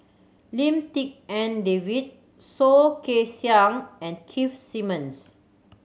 Lim Tik En David Soh Kay Siang and Keith Simmons